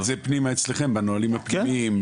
תצטרכו לסדר את זה פנימה אצלכם בנהלים הפנימיים.